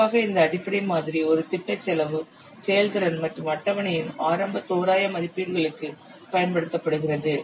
பொதுவாக இந்த அடிப்படை மாதிரி ஒரு திட்ட செலவு செயல்திறன் மற்றும் அட்டவணையின் ஆரம்ப தோராய மதிப்பீடுகளுக்கு பயன்படுத்தப்படுகிறது